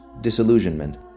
disillusionment